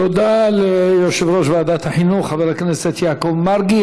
תודה ליושב-ראש ועדת החינוך, חבר הכנסת יעקב מרגי.